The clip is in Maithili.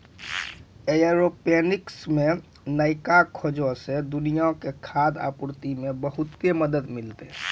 एयरोपोनिक्स मे नयका खोजो से दुनिया के खाद्य आपूर्ति मे बहुते मदत मिलतै